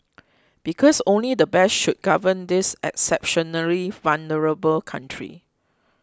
because only the best should govern this exceptionally vulnerable country